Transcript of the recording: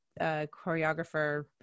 choreographer